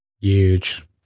huge